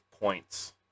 Points